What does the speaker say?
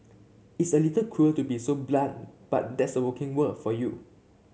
it's a little cruel to be so blunt but that's working world for you